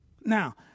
Now